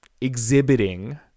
exhibiting